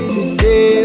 Today